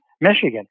Michigan